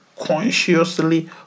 consciously